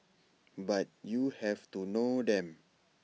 but you have to know them